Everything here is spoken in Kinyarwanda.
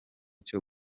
cyo